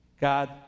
God